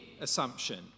assumption